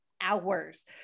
Hours